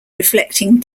reflecting